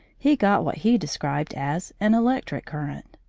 he got what he described as an electric current.